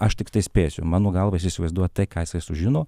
aš tiktai spėsiu mano galva jis įsivaizduoja tai ką jisai sužino